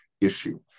issue